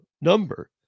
number